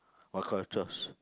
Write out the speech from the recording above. what kind of chores